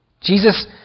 Jesus